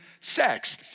sex